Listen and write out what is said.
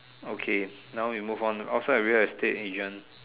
okay now we move on outside we have estate agent